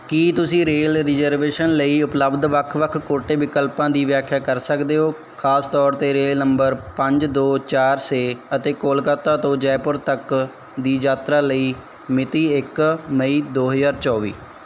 ਕੀ ਤੁਸੀਂ rail reservation ਲਈ ਉਪਲੱਬਧ ਵੱਖ ਵੱਖ ਕੋਟੇ ਵਿਕਲਪਾਂ ਦੀ ਵਿਆਖਿਆ ਕਰ ਸਕਦੇ ਹੋ ਖ਼ਾਸ ਤੌਰ 'ਤੇ ਰੇਲ ਨੰਬਰ ਪੰਜ ਦੋ ਚਾਰ ਛੇ ਅਤੇ ਕੋਲਕਾਤਾ ਤੋਂ ਜੈਪੁਰ ਤੱਕ ਦੀ ਯਾਤਰਾ ਲਈ ਮਿਤੀ ਇੱਕ ਮਈ ਦੋ ਹਜ਼ਾਰ ਚੌਵੀ